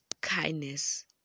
kindness